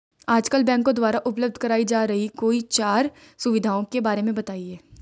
आजकल बैंकों द्वारा उपलब्ध कराई जा रही कोई चार सुविधाओं के बारे में बताइए?